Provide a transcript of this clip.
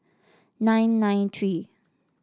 nine nine three